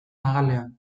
magalean